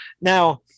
Now